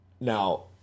Now